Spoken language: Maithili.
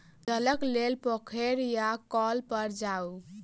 जलक लेल पोखैर या कौल पर जाऊ